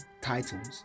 titles